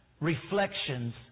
reflections